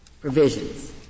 provisions